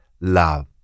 love